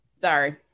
Sorry